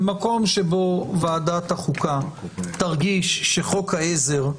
במקום שבו ועדת החוקה תרגיש שחוק העזר,